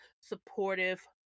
supportive